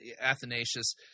Athanasius